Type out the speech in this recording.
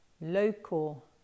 local